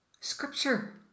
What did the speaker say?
scripture